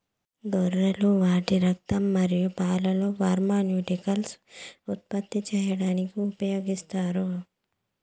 గొర్రెలు వాటి రక్తం మరియు పాలతో ఫార్మాస్యూటికల్స్ ఉత్పత్తులు చేయడానికి ఉపయోగిస్తారు